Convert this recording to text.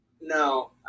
No